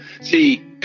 see